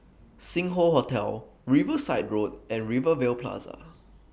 Sing Hoe Hotel Riverside Road and Rivervale Plaza